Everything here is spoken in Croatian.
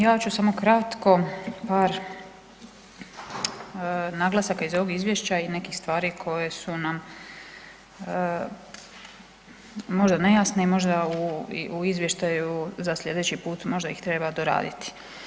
Ja ću samo kratko par naglasaka iz ovog izvješća i nekih stvari koje su nam možda nejasne i možda u izvještaju za sljedeći put možda ih treba doraditi.